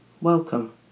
Welcome